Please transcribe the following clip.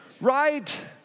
Right